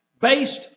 based